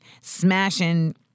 smashing